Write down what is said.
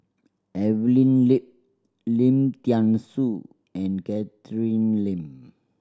Evelyn Lip Lim Thean Soo and Catherine Lim